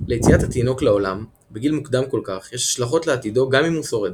ליציאת התינוק לעולם בגיל מוקדם כל כך יש השלכות לעתידו גם אם הוא שורד.